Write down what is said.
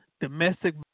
Domestic